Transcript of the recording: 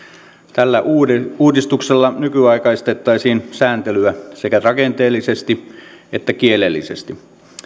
tällä uudistuksella nykyaikaistettaisiin sääntelyä sekä rakenteellisesti että kielellisesti